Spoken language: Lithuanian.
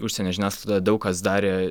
užsienio žiniasklaidoje daug kas darė